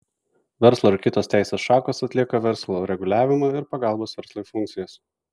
verslo ir kitos teisės šakos atlieka verslo reguliavimo ir pagalbos verslui funkcijas